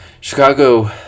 Chicago